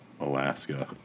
Alaska